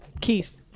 Keith